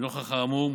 לנוכח האמור,